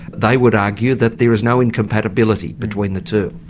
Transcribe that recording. they would argue that there is no incompatibility between the two.